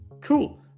Cool